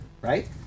Right